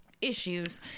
issues